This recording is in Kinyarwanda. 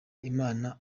imana